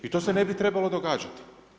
I to se ne bi trebalo događati.